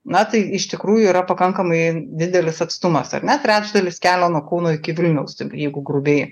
na tai iš tikrųjų yra pakankamai didelis atstumas ar ne trečdalis kelio nuo kauno iki vilniaus jeigu grubiai